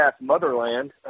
Motherland